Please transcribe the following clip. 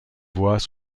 voix